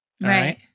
Right